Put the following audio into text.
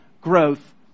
growth